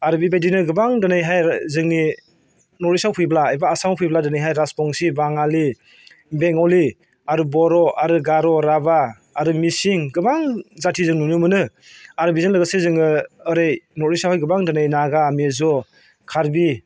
आरो बिबायदिनो गोबां दिनैहाय जोंनि नर्थ इस्टआव फैब्ला एबा आसामाव फैब्ला दिनैहाय रासबंसि बाङालि बेंगलि आरो बर' आरो गार' राभा आरो मिसिं गोबां जाथि जों नुनो मोनो आरो बिजों लोगोसे जोङो ओरै नर्थ इस्टआवहाय गोबां दिनै नागा मिज' कारबि